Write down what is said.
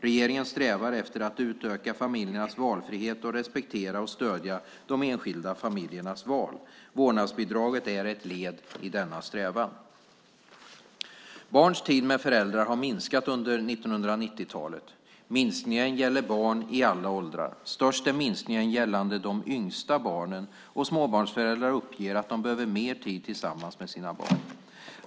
Regeringen strävar efter att utöka familjernas valfrihet och respektera och stödja de enskilda familjernas val. Vårdnadsbidraget är ett led i denna strävan. Barns tid med föräldrar har minskat under 1990-talet. Minskningen gäller barn i alla åldrar. Störst är minskningen gällande de yngsta barnen, och småbarnsföräldrar uppger att de behöver mer tid tillsammans med sina barn.